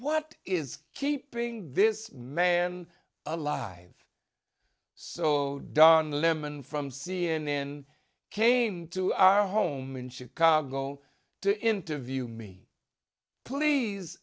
what is keeping this man alive so don lemon from c n n came to our home in chicago to interview me please